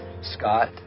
scott